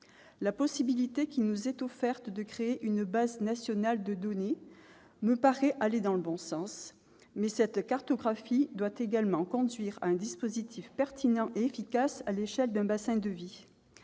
La possibilité qui nous est offerte de créer une base nationale de données me paraît aller dans le bon sens, mais cette cartographie doit également conduire à un dispositif pertinent et efficace à l'échelle d'un bassin de vie.